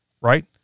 right